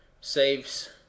saves